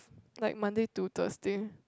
like Monday to Thursday